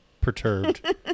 perturbed